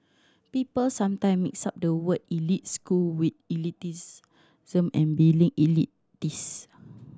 people sometime mix up the word elite school with some and being elitist